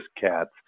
cats